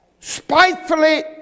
spitefully